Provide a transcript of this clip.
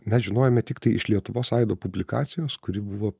mes žinojome tik tai iš lietuvos aido publikacijos kuri buvo